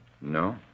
No